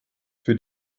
für